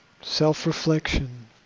self-reflection